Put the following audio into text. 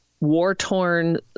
war-torn